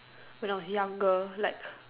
when I was younger like